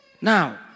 Now